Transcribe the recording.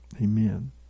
Amen